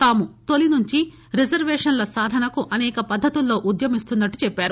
తాము తొలి నుంచి రిజర్వేషన్ల సాధనకు అనేక పద్దతుల్లో ఉద్యమిస్తున్నట్టు చెప్పారు